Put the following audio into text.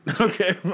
Okay